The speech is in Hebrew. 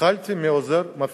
התחלתי מעוזר מפעיל.